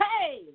Hey